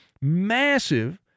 massive